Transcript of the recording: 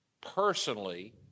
personally